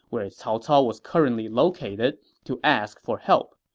where cao cao was currently located, to ask for help.